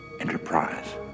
Enterprise